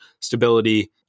stability